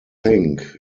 think